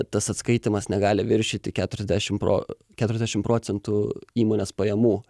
tas atskaitymas negali viršyti keturiasdešimt pro keturiasdešimt procentų įmonės pajamų